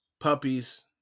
puppies